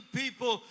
people